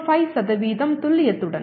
05 துல்லியத்துடன்